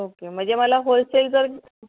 okay म्हणजे मला wholesale जर